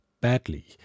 badly